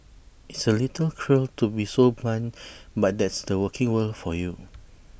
it's A little cruel to be so blunt but that's the working world for you